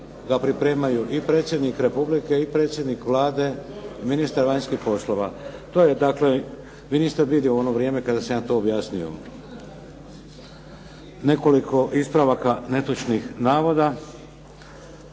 ga pripremaju i Predsjednik Republike i predsjednik Vlade i ministar vanjskih poslova. To je dakle, vi niste bili u ono vrijeme kada sam ja to objasnio. Nekoliko ispravaka netočnih navoda.